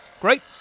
Great